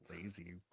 Lazy